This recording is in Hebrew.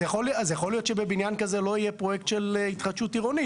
אז יכול להיות שבבניין כזה לא יהיה פרויקט של התחדשות עירונית.